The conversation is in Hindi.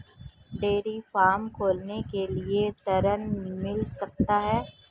डेयरी फार्म खोलने के लिए ऋण मिल सकता है?